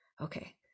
Okay